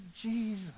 Jesus